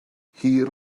hir